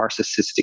narcissistic